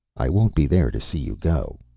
i won't be there to see you go,